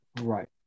Right